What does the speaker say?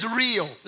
real